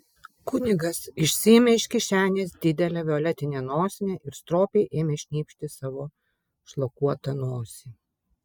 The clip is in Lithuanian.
kunigas išsiėmė iš kišenės didelę violetinę nosinę ir stropiai ėmė šnypšti savo šlakuotą nosį